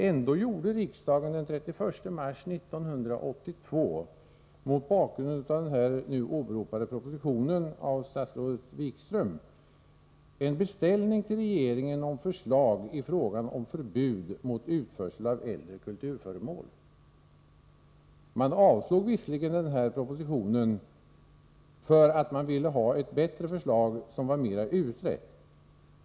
Ändå gjorde riksdagen den 31 mars 1982 mot bakgrund av den nu åberopade propositionen av statsrådet Wikström en beställning till regeringen om förslag i fråga om förbud mot utförsel av äldre kulturföremål. Man avslog visserligen propositionen, därför att man ville ha ett bättre förslag, som var mera utrett.